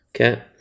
okay